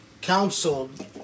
counseled